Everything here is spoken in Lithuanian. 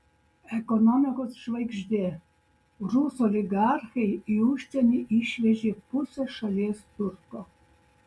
ekonomikos žvaigždė rusų oligarchai į užsienį išvežė pusę šalies turto